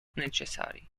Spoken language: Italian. necessari